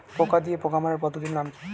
পোকা দিয়ে পোকা মারার পদ্ধতির নাম কি?